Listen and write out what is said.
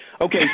Okay